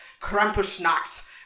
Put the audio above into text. Krampusnacht